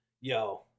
yo